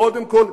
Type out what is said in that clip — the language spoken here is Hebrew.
קודם כול,